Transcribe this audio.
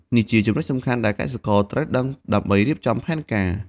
នេះជាចំណុចសំខាន់ដែលកសិករត្រូវដឹងដើម្បីរៀបចំផែនការ។